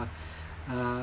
uh